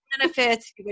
benefits